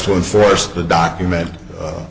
to enforce the document u